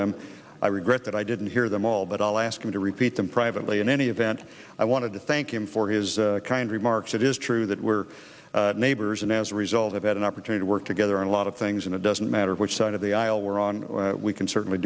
them i regret that i didn't hear them all but i'll ask him to repeat them privately in any event i want to thank him for his kind remarks it is true that we are neighbors and as a result have had an opportunity to work together on a lot of things and it doesn't matter which side of the aisle we're on we can certainly